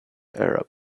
arab